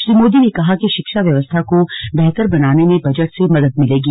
श्री मोदी ने कहा कि शिक्षा व्यवस्था को बेहतर बनाने में बजट से मदद मिलेगी